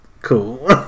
Cool